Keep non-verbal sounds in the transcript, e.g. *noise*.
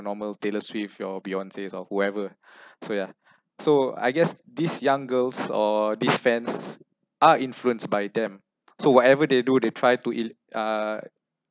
your normal taylor swift your beyonce's or whoever *breath* so yeah so I guess these young girls or these fans are influenced by them so whatever they do they try to *noise* uh